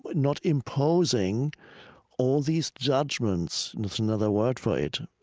but not imposing all these judgments. that's another word for it.